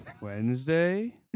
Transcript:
wednesday